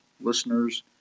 listeners